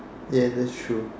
ya that's true